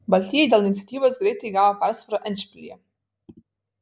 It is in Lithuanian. baltieji dėl iniciatyvos greitai įgavo persvarą endšpilyje